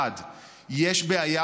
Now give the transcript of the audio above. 1. יש בעיה,